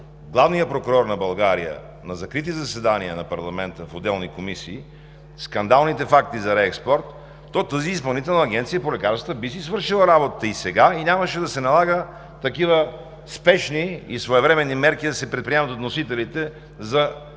главния прокурор на България на закрити заседания на парламента в отделни комисии, скандалните факти за реекспорт, то тази Изпълнителна агенция по лекарствата би си свършила работата и сега нямаше налага да се предприемат такива спешни и своевременни мерки от вносителите за